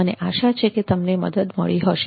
મને આશા છે કે તમને મદદ મળી હશે